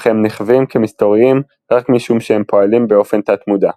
אך הם נחווים כמסתוריים רק משום שהם פועלים באופן תת-מודע.